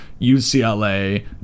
ucla